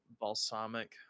Balsamic